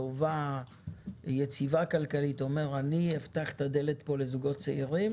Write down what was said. טובה ויציבה כלכלית אומר: אני אפתח את הדלת לזוגות צעירים